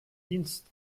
dienst